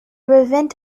prevent